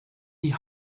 die